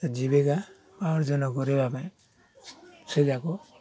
ଜୀବିକା ଅର୍ଜନ କରିବା ପାଇଁ ସେଇ ଯାକ